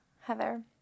Heather